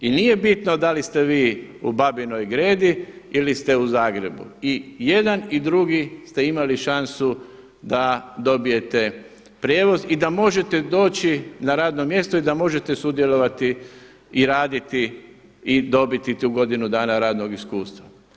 I nije bitno da li ste vi u Babinoj Gredi ili ste u Zagrebu i jedan i drugi ste imali šansu da dobijete prijevoz i da možete doći na radno mjesto i da možete sudjelovati i raditi i dobiti tu godinu dana radnog iskustva.